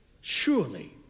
surely